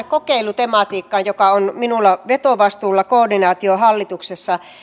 kokeilutematiikkaan jonka koordinaatio on minulla vetovastuulla hallituksessa